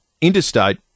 interstate